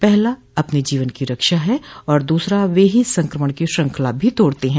पहला अपने जीवन की रक्षा हैं और दूसरा वे ही संक्रमण की श्रृंखला भी तोड़ते हैं